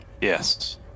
Yes